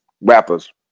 rappers